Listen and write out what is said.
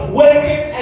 working